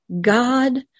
God